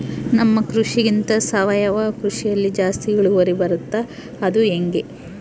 ನಮ್ಮ ಕೃಷಿಗಿಂತ ಸಾವಯವ ಕೃಷಿಯಲ್ಲಿ ಜಾಸ್ತಿ ಇಳುವರಿ ಬರುತ್ತಾ ಅದು ಹೆಂಗೆ?